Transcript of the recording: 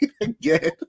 again